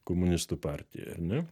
komunistų partija ar ne